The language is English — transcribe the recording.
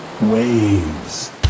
waves